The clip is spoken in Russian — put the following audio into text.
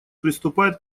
приступает